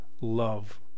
love